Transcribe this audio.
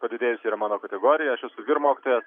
padidėjusi yra mano kategorija aš esu vyr mokytojas